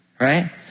right